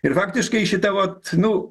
ir faktiškai šita vat nu